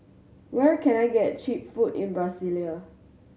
where can I get cheap food in Brasilia